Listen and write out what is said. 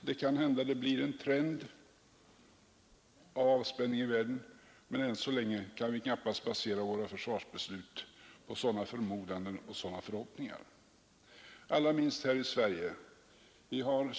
Det kan hända att det blir en trend av avspänning i världen, men än så länge kan vi knappast basera våra försvarsbeslut på sådana förmodanden och förhoppningar, allra minst här i Sverige.